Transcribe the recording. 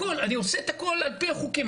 אני עושה את הכל על פי החוקים,